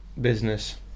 business